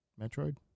Metroid